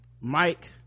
mike